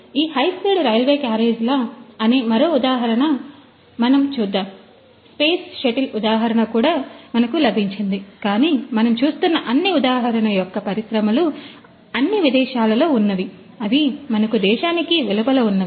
ఈ high speed railway క్యారేజీల అనే మరో ఉదాహరణ మనము చూద్దాం స్పేస్ షటిల్ ఉదాహరణ కూడా మనకు లభించింది కాని మనం చూస్తున్న అన్నీ ఉదాహరణ యొక్క పరిశ్రమలు అన్ని విదేశాలలో ఉన్నవి అవి మన దేశానికి వెలుపల ఉన్నవి